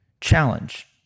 challenge